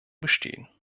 bestehen